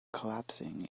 collapsing